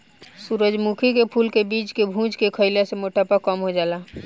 सूरजमुखी के फूल के बीज के भुज के खईला से मोटापा कम हो जाला